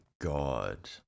god